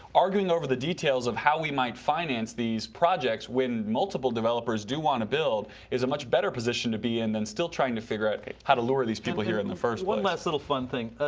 arguing over the details of how we might finance these projects when multiple developers do want to build is a much better position to be in than still trying to figure out how to lure these people here in the first place. one last little fun thing.